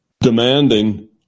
demanding